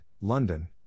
London